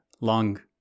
long